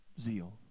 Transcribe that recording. zeal